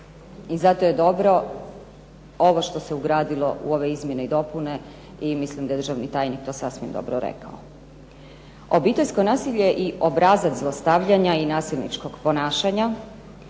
I zato je dobro ovo što je se ugradilo u ove izmjene i dopune i mislim da je državni tajnik to sasvim dobro rekao. Obiteljsko nasilje i obrazac zlostavljanja i nasilničkog ponašanja,